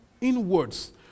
inwards